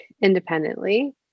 independently